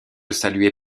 salué